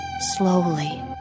slowly